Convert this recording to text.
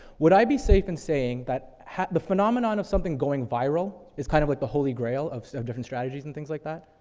would i be safe in saying that ha the phenomenon of something going viral is kind of like the holy grail of so of different strategies and things like that.